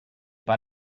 pas